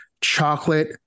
chocolate